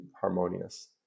harmonious